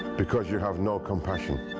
because you have no compassion.